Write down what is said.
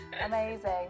Amazing